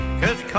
cause